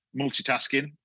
multitasking